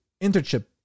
internship